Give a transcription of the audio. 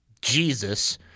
Jesus